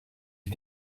est